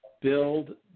build